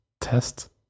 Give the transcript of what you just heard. test